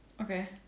okay